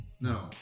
No